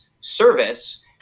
service